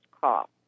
call